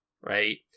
right